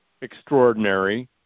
extraordinary